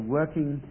working